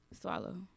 Swallow